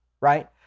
right